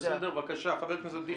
בבקשה, חבר הכנסת דיכטר.